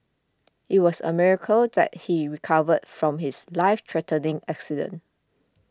it was a miracle that he recovered from his life threatening accident